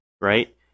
right